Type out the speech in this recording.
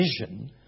vision